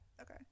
Okay